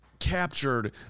captured